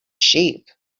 sheep